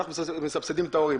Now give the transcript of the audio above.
אנחנו מסבסדים את ההורים.